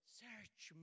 search